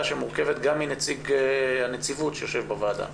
שמורכבת גם מנציג הנציבות שיושב בוועדה.